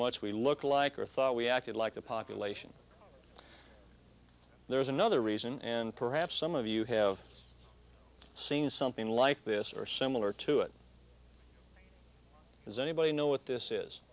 much we looked like or thought we acted like the population there is another reason and perhaps some of you have seen something like this or similar to it does anybody know what this is